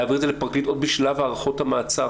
להעביר את זה לפרקליט עוד בשלב הארכות המעצר,